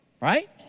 right